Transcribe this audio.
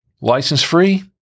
License-free